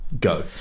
Go